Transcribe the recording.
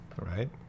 right